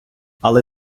але